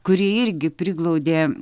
kuri irgi priglaudė